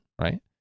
right